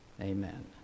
Amen